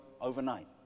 overnight